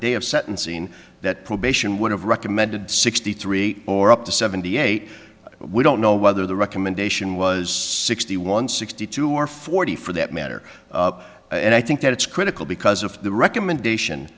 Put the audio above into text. day of sentencing that probation would have recommended sixty three or up to seventy eight we don't know whether the recommendation was sixty one sixty two or forty for that matter and i think that it's critical because of the recommendation